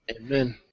Amen